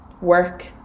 work